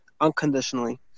unconditionally